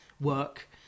work